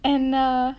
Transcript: and uh